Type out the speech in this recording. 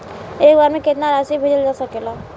एक बार में केतना राशि भेजल जा सकेला?